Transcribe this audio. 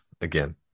again